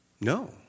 No